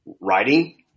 Writing